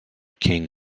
king